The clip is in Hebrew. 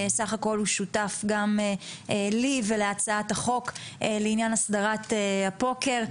סך הכל הוא שותף גם לי ולהצעת החוק לעניין אסדרת הפוקר.